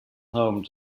home